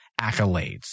accolades